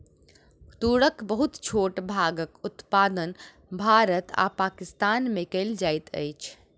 तूरक बहुत छोट भागक उत्पादन भारत आ पाकिस्तान में कएल जाइत अछि